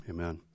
Amen